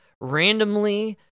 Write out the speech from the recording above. randomly